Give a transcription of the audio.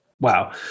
Wow